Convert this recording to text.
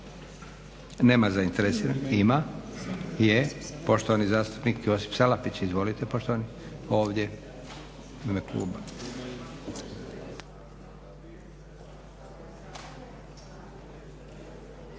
Nema zainteresiranih, ima. Poštovani zastupnik Josip Salapić, izvolite poštovani.